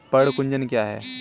पर्ण कुंचन क्या है?